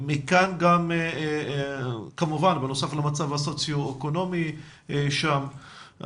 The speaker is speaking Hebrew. כמובן בנוסף למצב הסוציואקונומי שם,